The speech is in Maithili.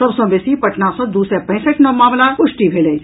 सभ सँ बेसी पटना सँ दू सय पैंसठि नव मामिलाक पुष्टि भेल अछि